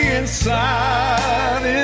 inside